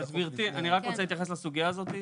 גברתי, אני רק רוצה להתייחס לסוגיה הזאת.